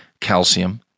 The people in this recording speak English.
calcium